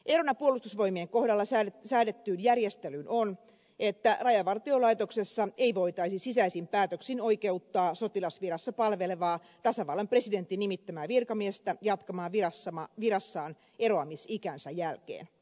erona puolustusvoimien kohdalla säädettyyn järjestelyyn on että rajavartiolaitoksessa ei voitaisi sisäisin päätöksin oikeuttaa sotilasvirassa palvelevaa tasavallan presidentin nimittämää virkamiestä jatkamaan virassaan eroamisikänsä jälkeen